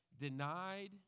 denied